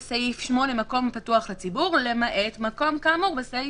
סעיף 9 מאפשר לממשלה להגביל אירועים מסוימים,